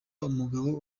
umugabo